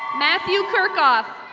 matthew kirkov.